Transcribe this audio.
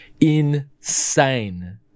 insane